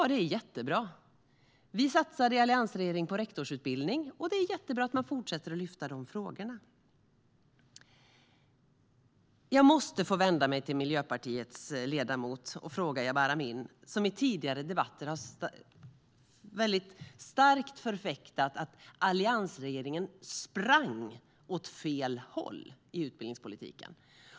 Det är jättebra. Vi satsade i alliansregeringen på rektorsutbildning, och det är jättebra att man fortsätter att lyfta upp de frågorna. Jag måste få vända mig till Miljöpartiets ledamot Jabar Amin, som i tidigare debatter starkt har förfäktat att alliansregeringen sprang åt fel håll i utbildningspolitiken.